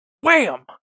wham